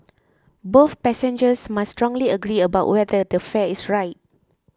both passengers must strongly agree about whether the fare is right